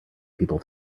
people